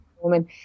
woman